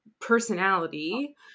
personality